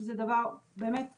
שזה דבר קריטי,